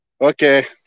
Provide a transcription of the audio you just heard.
Okay